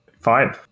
Fine